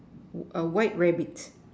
a white rabbit